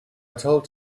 told